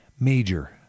Major